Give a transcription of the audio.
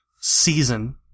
season